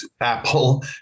Apple